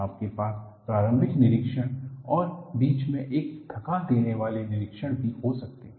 आपके पास प्रारंभिक निरीक्षण और बीच में एक थका देने वाले निरीक्षण भी हो सकते है